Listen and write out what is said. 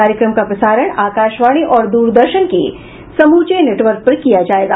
कार्यक्रम का प्रसारण आकाशवाणी और दूरदर्शन के समूचे नेटवर्क पर किया जाएगा